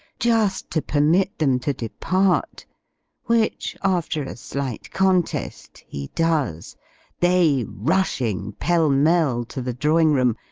just to permit them to depart which, after a slight contest, he does they rushing, pell-mell, to the drawing-room,